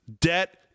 debt